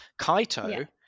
Kaito